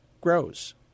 grows